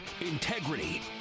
integrity